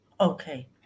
Okay